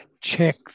check